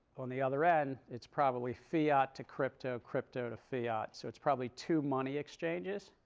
on the other end it's probably fiat to crypto, crypto to fiat. so it's probably two money exchanges.